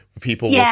people